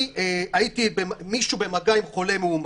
מי שהוא במגע עם חולה מאומת,